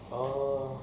oh